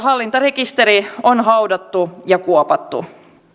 hallintarekisteri on haudattu ja kuopattu